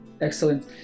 Excellent